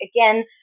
again